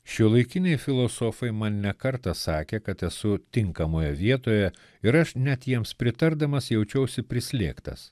šiuolaikiniai filosofai man ne kartą sakė kad esu tinkamoje vietoje ir aš net jiems pritardamas jaučiausi prislėgtas